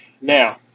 Now